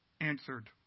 answered